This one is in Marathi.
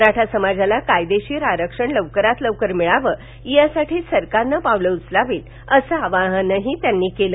मराठा समाजाला कायदेशीर आरक्षण लवकरात लवकर मिळावं यासाठी सरकारनं पावलं उचलावीत असं आवाहनही त्यांनी केलं